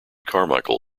carmichael